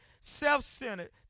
self-centered